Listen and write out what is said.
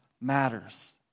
matters